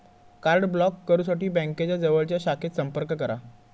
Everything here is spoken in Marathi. कार्ड ब्लॉक करुसाठी बँकेच्या जवळच्या शाखेत संपर्क करा